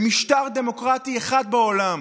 במשטר דמוקרטי אחד בעולם,